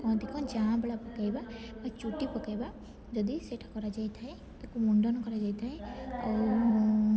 କହନ୍ତି କ'ଣ ଯାଆ ବାଁଳା ପକେଇବା ବା ଚୁଟି ପକେଇବା ଯଦି ସେଟା କରାଯାଇଥାଏ ତାକୁ ମୁଣ୍ଡନ କରାଯାଇଥାଏ ଆଉ